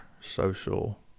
social